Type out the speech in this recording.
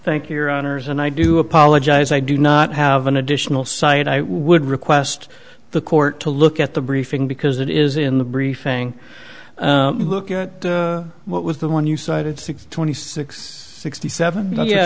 thank your honour's and i do apologize i do not have an additional cite i would request the court to look at the briefing because it is in the briefing look at what was the one you cited six twenty six sixty seven